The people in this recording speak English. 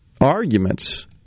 arguments